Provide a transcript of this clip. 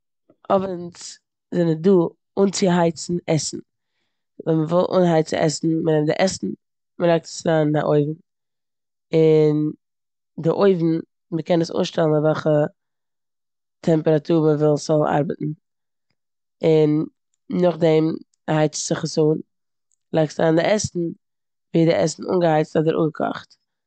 אווענס זענען דא אנצוהייצן. ווען מ'וויל אנהייצן עסן, מ'נעמט די עסן און מ'לייגט עס אריין אין א אויוון און די אויוון, מ'קען עס אנשטעלן אויף וועלכע טעמפעראטור מ'וויל ס'זאל ארבעטן און נאכדעם הייצט זיך עס אן, לייגסט אריין די עסן ווערט די עסן אנגעהייצט אדער אפגעקאכט.